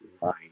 line